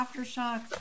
aftershocks